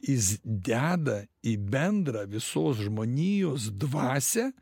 jis deda į bendrą visos žmonijos dvasią